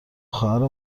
خواهر